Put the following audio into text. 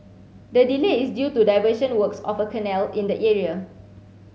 the delay is due to diversion works of a canal in the area